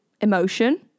emotion